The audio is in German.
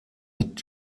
mit